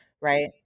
right